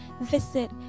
visit